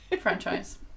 franchise